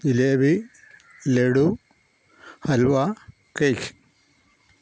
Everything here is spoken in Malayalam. ജിലേബി ലഡ്ഡു ഹൽവ കേക്ക്